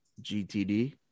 GTD